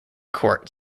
court